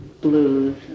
blues